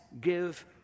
give